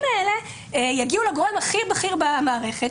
האלה יגיעו לגורם הכי בכיר במערכת,